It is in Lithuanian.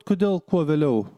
kodėl kuo vėliau